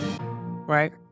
right